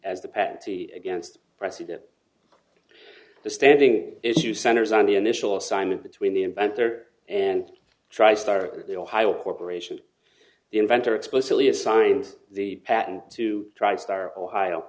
as the patsy against precedent the standing issue centers on the initial assignment between the inventor and tristar the ohio corporation the inventor explicitly assigned the patent to triste are ohio